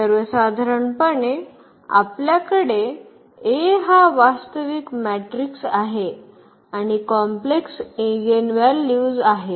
सर्वसाधारणपणे आपल्याकडे A हा वास्तविक मॅट्रिक्स आहे आणि कॉम्प्लेक्स इगेनव्हॅल्यूज आहेत